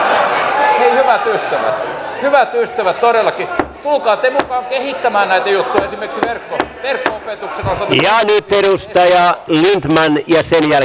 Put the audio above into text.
hei hyvät ystävät hyvät ystävät todellakin tulkaa te mukaan kehittämään näitä juttuja esimerkiksi verkko opetuksen osalta